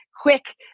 quick